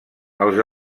els